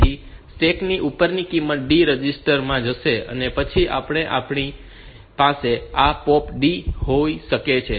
તેથી સ્ટેક ની ઉપરની કિંમત D રજીસ્ટર માં જશે અને પછી આપણી પાસે આ POP B હોઈ શકે છે